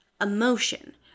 emotion